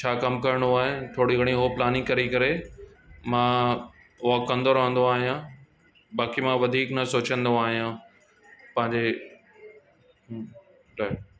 छा कमु करिणो आहे थोरी घणी हो प्लानिंग करी करे मां वॉक कंदो रहंदो आहियां बाक़ी मां वधीक न सोचंदो आहियां पंहिजे लाइ